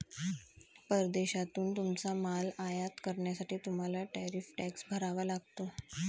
परदेशातून तुमचा माल आयात करण्यासाठी तुम्हाला टॅरिफ टॅक्स भरावा लागतो